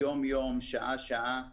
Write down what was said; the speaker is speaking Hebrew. יום יום, שעה שעה.